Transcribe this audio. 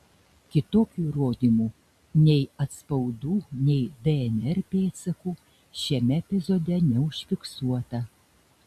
kitokių įrodymų nei atspaudų nei dnr pėdsakų šiame epizode neužfiksuota